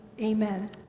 amen